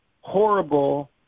horrible